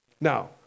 Now